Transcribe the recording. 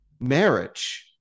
marriage